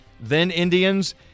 then-Indians